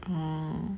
orh